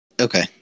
Okay